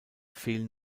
fehlen